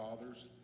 fathers